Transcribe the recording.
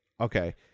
Okay